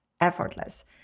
effortless